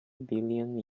billion